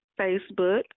Facebook